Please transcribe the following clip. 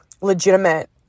legitimate